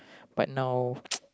but now